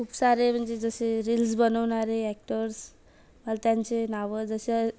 खूप सारे म्हणजे जसे रील्स बनवणारे ॲक्टर्स मला त्यांचे नावं जसे